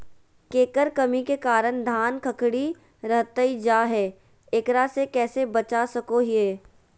केकर कमी के कारण धान खखड़ी रहतई जा है, एकरा से कैसे बचा सको हियय?